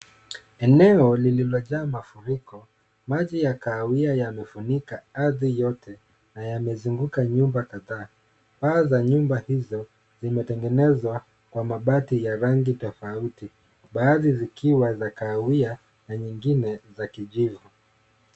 Eneo lililojaa mafuriko, maji ya kahawia yamefunika ardhi yote na yamezunguka nyumba kadhaa, paa za nyumba hizo zimetengenezwa kwa mabati ya rangi tofauti baadhi zikiwa za kahawia , na nyingine za kijivu.